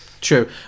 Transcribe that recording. True